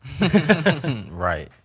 Right